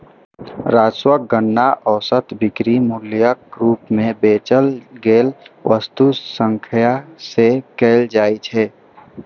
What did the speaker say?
राजस्वक गणना औसत बिक्री मूल्यक रूप मे बेचल गेल वस्तुक संख्याक सं कैल जाइ छै